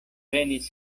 venis